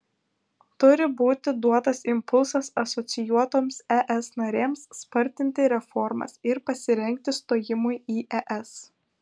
turi būti duotas impulsas asocijuotoms es narėms spartinti reformas ir pasirengti stojimui į es